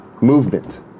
Movement